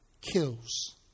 kills